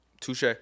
Touche